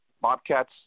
Bobcats